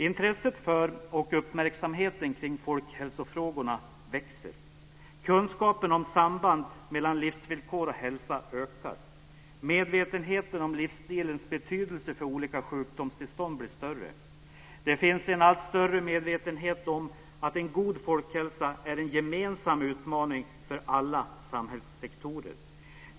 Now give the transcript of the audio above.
Intresset för och uppmärksamheten kring folkhälsofrågorna växer. Kunskapen om samband mellan livsvillkor och hälsa ökar. Medvetenheten om livsstilens betydelse för olika sjukdomstillstånd blir större. Det finns en allt större medvetenhet om att en god folkhälsa är en gemensam utmaning för alla samhällssektorer.